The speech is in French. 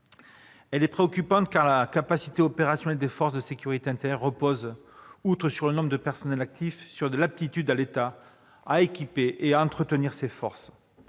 est préoccupante, car la capacité opérationnelle des forces de sécurité intérieure repose, outre sur le nombre de personnels actifs, sur l'aptitude de l'État à équiper et entretenir ses forces.